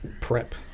Prep